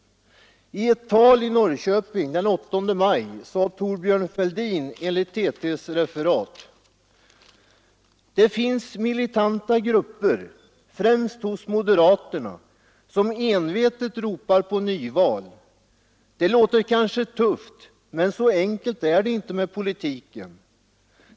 I ett tal i Norrköping den 8 maj sade Thorbjörn Fälldin enligt TT:s referat: ”Det finns militanta grupper, främst hos moderaterna, som envetet ropar på nyval. Det låter kanske tufft, men så enkelt är det inte med politiken.